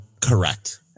Correct